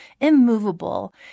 immovable